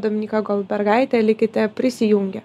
dominyka goldbergaitė likite prisijungę